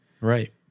Right